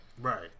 right